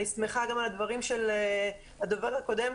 אני שמחה גם על הדברים של הדובר הקודם,